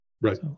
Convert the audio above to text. Right